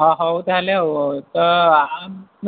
ହଁ ହଉ ତାହେଲେ ଆଉ ତ ଆ